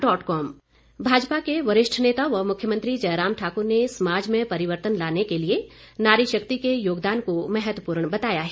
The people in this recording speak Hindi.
मुख्यमंत्री भाजपा के वरिष्ठ नेता व मुख्यमंत्री जयराम ठाकुर ने समाज में परिवर्तन लाने के लिए नारी शक्ति के योगदान को महत्वपूर्ण बताया है